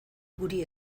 guri